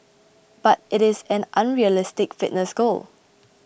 but it is an unrealistic fitness goal